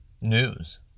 news